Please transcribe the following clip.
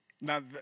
Now